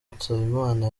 nsabimana